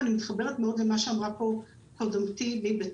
ואני מתחברת מאוד אל מה שאמרה פה קודמתי מבטרם: